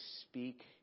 speak